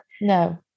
No